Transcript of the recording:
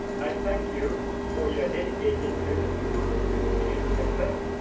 i thank you for you're dedicated to the school's continued success,